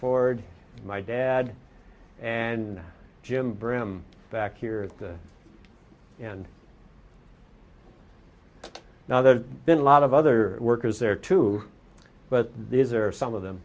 ford my dad and jim brehm back here at the end now there's been a lot of other workers there too but these are some of them